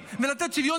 ולא לדלג